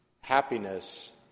happiness